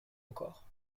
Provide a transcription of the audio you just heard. encore